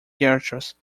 characters